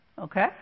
Okay